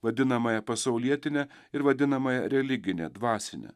vadinamąją pasaulietinę ir vadinamąją religinę dvasinę